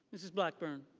mrs. blackburn